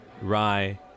rye